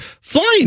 flying